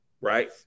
right